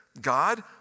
God